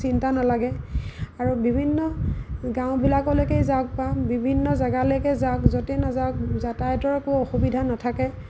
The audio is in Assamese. চিন্তা নালাগে আৰু বিভিন্ন গাঁওবিলাকলৈকে যাওক বা বিভিন্ন জেগালৈকে যাওক য'তে নাযাওক যাতায়তৰ একো অসুবিধা নাথাকে